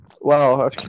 wow